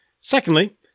Secondly